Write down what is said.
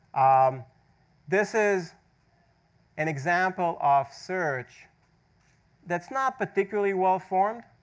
um this is an example of search that's not particularly well formed.